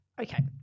Okay